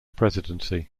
presidency